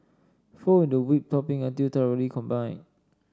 fold in the whipped topping until thoroughly combined